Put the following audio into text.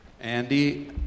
Andy